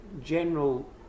general